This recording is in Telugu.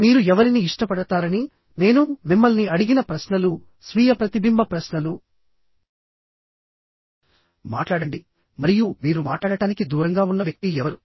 మీరు ఎవరిని ఇష్టపడతారని నేను మిమ్మల్ని అడిగిన ప్రశ్నలు స్వీయ ప్రతిబింబ ప్రశ్నలు మాట్లాడండి మరియు మీరు మాట్లాడటానికి దూరంగా ఉన్న వ్యక్తి ఎవరు